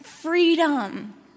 Freedom